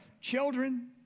children